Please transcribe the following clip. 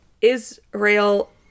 Israel